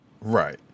right